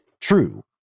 true